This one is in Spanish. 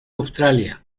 australia